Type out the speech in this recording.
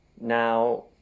Now